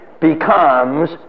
becomes